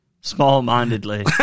Small-mindedly